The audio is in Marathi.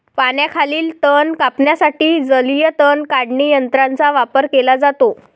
पाण्याखालील तण कापण्यासाठी जलीय तण काढणी यंत्राचा वापर केला जातो